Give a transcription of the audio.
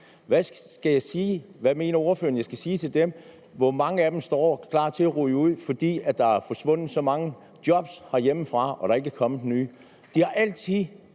Hvad mener ordføreren jeg skal sige til dem? Hvor mange af dem står klar til at ryge ud, fordi der er forsvundet så mange job herhjemme og ikke er kommet nye? De har altid